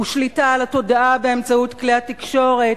הוא שליטה על התודעה באמצעות כלי התקשורת,